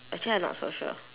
actually I not so sure